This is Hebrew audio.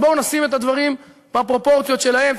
אז בואו נשים את הדברים בפרופורציות שלהם.